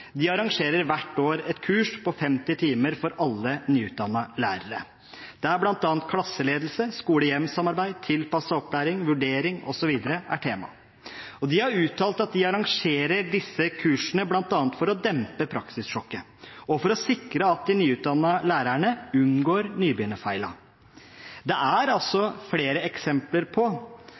arrangerer hvert år et kurs på 50 timer for alle nyutdannede lærere, der bl.a. klasseledelse, skole-hjem-samarbeid, tilpasset opplæring, vurdering osv. er tema. De har uttalt at de arrangerer disse kursene bl.a. for å dempe praksissjokket og for å sikre at de nyutdannede lærerne unngår nybegynnerfeilene. Det er altså flere eksempler